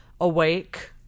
awake